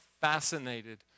fascinated